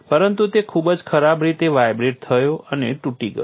પરંતુ તે ખુબજ ખરાબ રીતે વાઇબ્રેટ થયો અને તૂટી ગયો